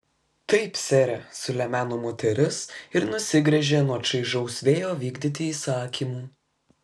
taip sere sulemeno moteris ir nusigręžė nuo čaižaus vėjo vykdyti įsakymų